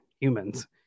humans